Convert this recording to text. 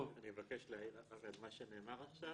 אני מבקש להעיר על מה שנאמר עכשיו.